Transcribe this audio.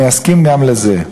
אני אסכים גם לזה,